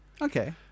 Okay